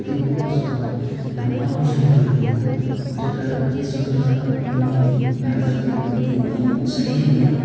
त्यो हो तस हाम्रो अमर सहिद दुर्गा मल्ल जो त देश स्वतन्त्रको निम्ति भारत स्वाधीनको निम्ति सहिदै बने है